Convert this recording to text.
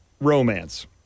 Romance